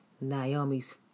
Naomi's